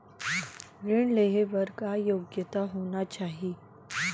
ऋण लेहे बर का योग्यता होना चाही?